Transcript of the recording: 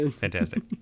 fantastic